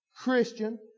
Christian